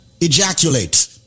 ejaculate